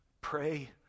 pray